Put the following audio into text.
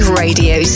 radio